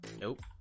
Nope